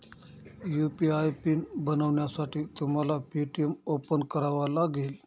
UPI pin बनवण्यासाठी तुम्हाला Paytm open करावा लागेल